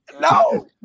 No